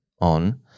on